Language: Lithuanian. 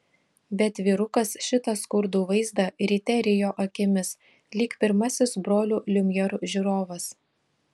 bet vyrukas šitą skurdų vaizdą ryte rijo akimis lyg pirmasis brolių liumjerų žiūrovas